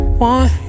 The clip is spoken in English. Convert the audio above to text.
want